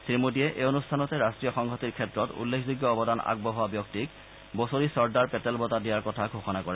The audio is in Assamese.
শ্ৰীমোদীয়ে এই অনুষ্ঠানতে ৰাষ্ট্ৰীয় সংহতিৰ ক্ষেত্ৰত উল্লেখযোগ্য অৱদান আগবঢ়োৱা ব্যক্তিক বছৰি চৰ্দাৰ পেটেল বঁটা দিয়াৰ কথা ঘোষণা কৰে